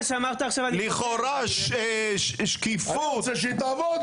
שאמרת עכשיו אני --- אני רוצה שהיא תעבוד,